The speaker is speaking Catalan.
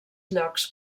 llocs